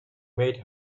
made